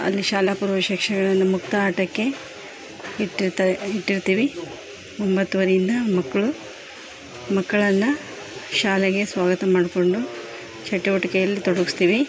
ಅಲ್ಲಿ ಶಾಲಾ ಪೂರ್ವ ಶಿಕ್ಷಣವನ್ನು ಮುಕ್ತ ಆಟಕ್ಕೆ ಇಟ್ಟಿರ್ತಾರೆ ಇಟ್ಟಿರ್ತೀವಿ ಒಂಬತ್ತುವರೆಯಿಂದ ಮಕ್ಕಳು ಮಕ್ಕಳನ್ನ ಶಾಲೆಗೆ ಸ್ವಾಗತ ಮಾಡಿಕೊಂಡು ಚಟುವಟಿಕೆಯಲ್ಲಿ ತೊಡ್ಗಿಸ್ತೀವಿ